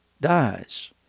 dies